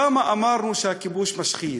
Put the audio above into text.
כמה אמרנו שהכיבוש משחית?